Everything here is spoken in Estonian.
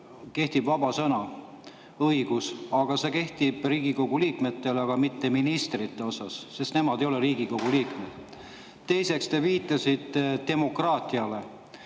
kehtib vaba sõna õigus, aga see kehtib Riigikogu liikmete, mitte ministrite suhtes, nemad ei ole Riigikogu liikmed. Teiseks, te viitasite demokraatiale.